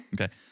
Okay